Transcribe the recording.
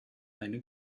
eine